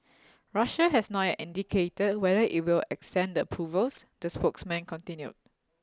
Russia has not yet indicated whether it will extend the approvals the spokesman continued